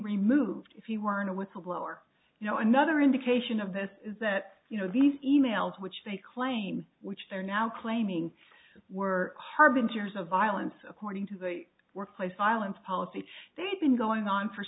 removed if you weren't a whistleblower you know another indication of this is that you know these e mails which they claim which they're now claiming were harbinger of violence according to the workplace violence policy they've been going on for